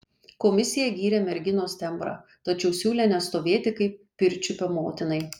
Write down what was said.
komisija gyrė merginos tembrą tačiau siūlė nestovėti kaip pirčiupio motinai